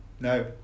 No